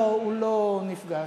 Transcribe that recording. לא, הוא לא נפגש.